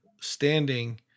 standing